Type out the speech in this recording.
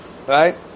Right